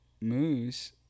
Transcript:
Moose